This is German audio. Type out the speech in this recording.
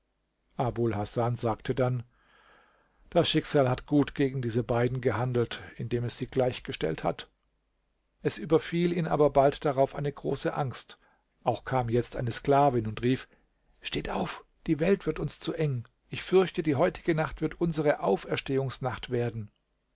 hasan sagte dann das schicksal hat gut gegen diese beiden gehandelt indem es sie gleichgestellt hat es überfiel ihn aber bald darauf eine große angst auch kam jetzt eine sklavin und rief steht auf die welt wird uns zu eng ich fürchte die heutige nacht wird unsere auferstehungsnacht werden